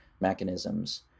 mechanisms